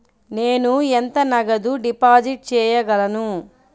నేను ఎంత నగదు డిపాజిట్ చేయగలను?